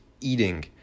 eating